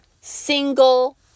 single